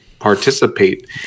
participate